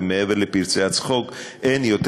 ומעבר לפרצי הצחוק,